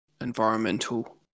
environmental